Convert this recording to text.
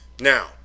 Now